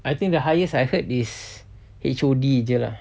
I think the highest I heard is H_O_D jer lah